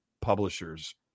publishers